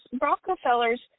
Rockefellers